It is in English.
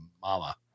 mama